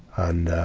and, ah,